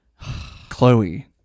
Chloe